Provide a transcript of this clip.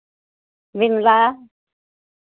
Vimla